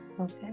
okay